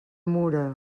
mura